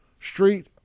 Street